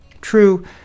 True